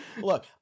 Look